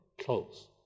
close